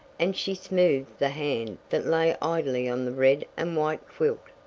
and she smoothed the hand that lay idly on the red and white quilt,